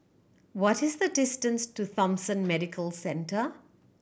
what is the distance to Thomson Medical Centre